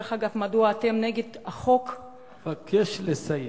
אבקש לסיים.